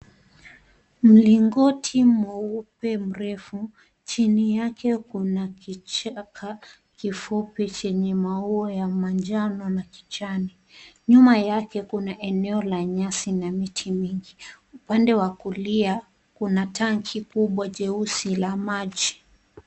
Mlingoti mweupe mrefu. Chini yake kuna kichaka kifupi chenye maua ya manjano na kijani. Nyuma yake kuna eneo la nyasi na miti mingi. Upande wa kulia kuna tanki kubwa jeusi la maji.